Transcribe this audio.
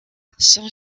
son